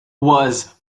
was